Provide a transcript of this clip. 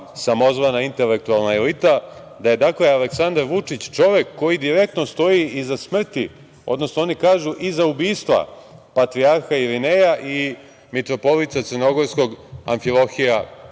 samozvana intelektualna elita, da je Aleksandar Vučić čovek koji direktno stoji iza smrti, odnosno oni kažu iza ubistva patrijarha Irineja i mitropolita crnogorskog Amfilohija